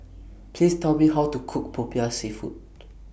Please Tell Me How to Cook Popiah Seafood